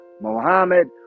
Mohammed